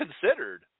considered